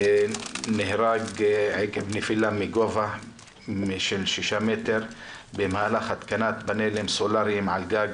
נהרג עקב נפילה מגובה של שישה מטרים במהלך התקנת פאנלים סולריים על גג.